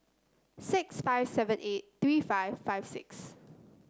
six five seven eight three five five six